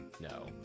No